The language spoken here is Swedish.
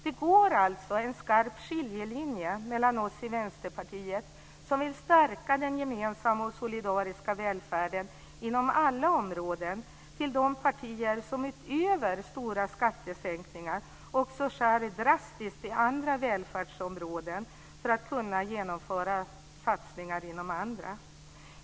Det går alltså en skarp skiljelinje mellan oss i Vänsterpartiet, som vill stärka den gemensamma och solidariska välfärden inom alla områden, och de partier som utöver stora skattesänkningar också skär drastiskt i andra välfärdsområden för att kunna genomföra satsningar inom andra.